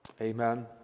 amen